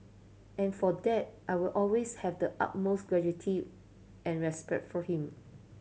and for that I will always have the utmost gratitude and respect for him